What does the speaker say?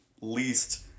least